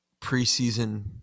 preseason